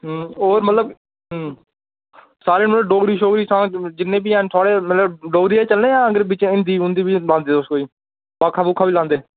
होर मतलब सारे मतलब डोगरी शोगरी सांग जिन्ने बी हैन थुआढ़े मतलब डोगरी दे चलने जां बिच हिंदी हुंदी बी गांदे तुस कोई भाखां भूखां बी गांदे